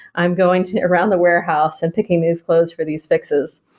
i'm going to around the warehouse and picking these clothes for these fixes.